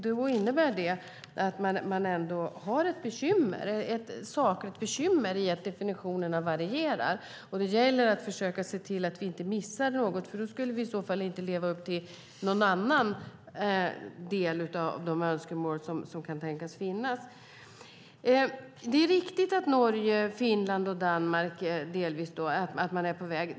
Det innebär att man ändå har ett sakligt bekymmer med att definitionerna varierar. Det gäller att försöka se till att vi inte missar något, för i så fall skulle vi inte leva upp till någon annan del av de önskemål som kan tänkas finnas. Det är riktigt att Norge, Finland och delvis Danmark är på väg.